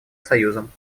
союзом